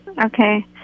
Okay